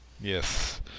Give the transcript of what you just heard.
Yes